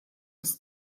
ist